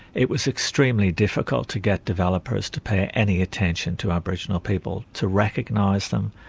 it was extremely difficult to get developers to pay any attention to aboriginal people, to recognise them,